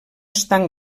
estan